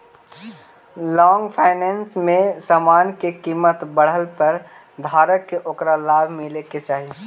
long finance में समान के कीमत बढ़ला पर धारक के ओकरा लाभ मिले के चाही